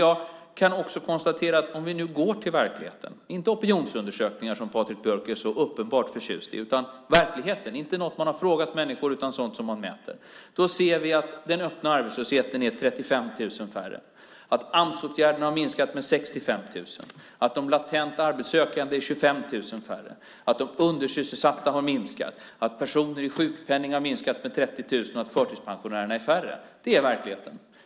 Jag kan också konstatera att om vi nu går till verkligheten - inte opinionsundersökningar, som Patrik Björck är så uppenbart förtjust i, och inte sådant man har frågat människor utan sådant som man mäter - ser vi att den öppna arbetslösheten är 35 000 färre, att Amsåtgärderna har minskat med 65 000, att de latent arbetssökande är 25 000 färre, att de undersysselsatta har minskat, att personer med sjukpenning har minskat med 30 000 och att förtidspensionärerna är färre. Det är verkligheten.